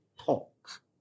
talk